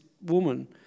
woman